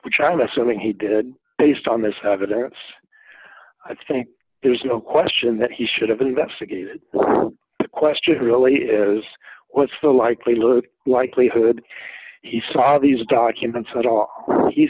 which i'm assuming he did based on this evidence i think there's no question that he should have been investigated the question really is what's the likelihood likelihood d he saw these documents a